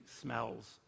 smells